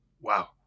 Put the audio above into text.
Wow